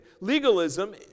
legalism